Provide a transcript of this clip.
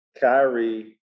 Kyrie